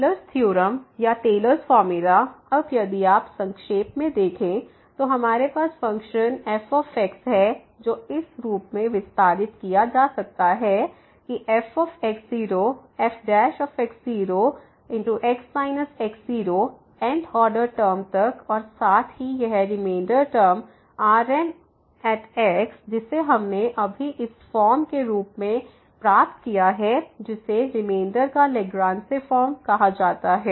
tailors theorem Taylor's theorem या Taylor's formula Taylor's formula अब यदि आप संक्षेप में देखें तो हमारे पास फ़ंक्शन f हैजो इस रूप में विस्तारित किया जा सकता है कि f fx0x x0 n th order term तक और साथ ही यह रिमेंडर टर्म Rnx जिसे हमने अभी इस फॉर्म के रूप में प्राप्त किया है जिसे रिमेंडर का लाग्रेंज फॉर्म कहा जाता है